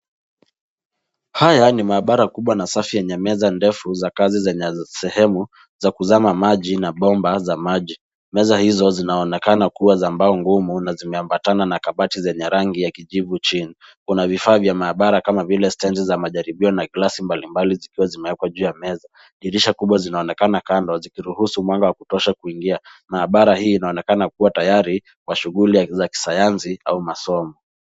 Haya ni maabara kubwa na safi yenye meza ndefu za kazi zenye sehemu za kuzama maji na bomba za maji. Meza hizo zinaonekana kuwa za mbao ngumu na zimeambatana na kabati zenye rangi ya kijivu chini. Kuna vifaa vya maabara kama vile stenzi za majaribio na glasi mbalimbali zikiwa zimewekwa juu ya meza. Dirisha kubwa zinaonekana kando zikiruhusu mwanga wa kutosha kuingia. Maabara hii inaonekana kuwa tayari kwa shughuli za kisayansi au masomo.